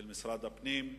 של משרד הפנים.